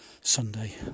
Sunday